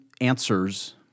answers